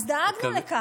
אז דאגנו לכך.